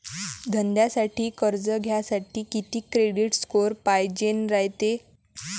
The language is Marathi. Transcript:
धंद्यासाठी कर्ज घ्यासाठी कितीक क्रेडिट स्कोर पायजेन रायते?